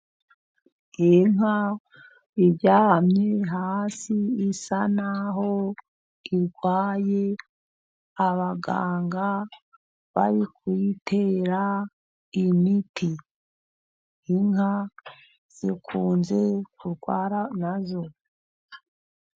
Inka iryamye hasi isa naho irwaye, abaganga bari kuyitera imiti, inka zikunze kurwara nazo.